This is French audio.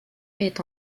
est